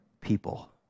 people